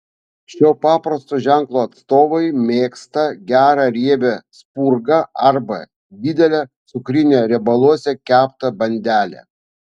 šio paprasto ženklo atstovai mėgsta gerą riebią spurgą arba didelę cukrinę riebaluose keptą bandelę